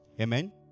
Amen